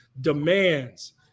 demands